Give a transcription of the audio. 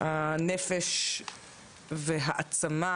הנפש והעצמה,